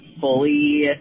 fully